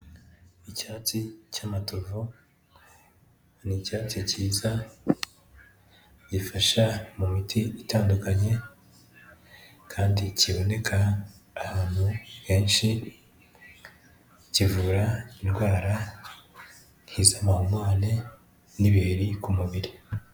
Icyatsi cy'amatovu ni icyatsi cyiza, gifasha mu miti itandukanye kandi kiboneka ahantu henshi, kivura indwara nk'iz'amahumane n'ibiheri ku mubiri.